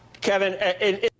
Kevin